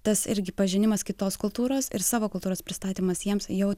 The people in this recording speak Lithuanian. tas irgi pažinimas kitos kultūros ir savo kultūros pristatymas jiems jau